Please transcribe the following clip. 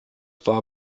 war